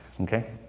Okay